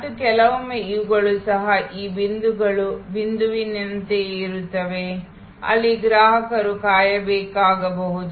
ಮತ್ತು ಕೆಲವೊಮ್ಮೆ ಇವುಗಳು ಸಹ ಈ ಬಿಂದುಗಳು ಬಿಂದುವಿನಂತೆಯೇ ಇರುತ್ತವೆ ಅಲ್ಲಿ ಗ್ರಾಹಕರು ಕಾಯಬೇಕಾಗಬಹುದು